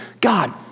God